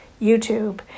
YouTube